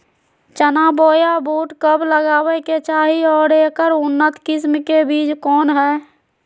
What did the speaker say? चना बोया बुट कब लगावे के चाही और ऐकर उन्नत किस्म के बिज कौन है?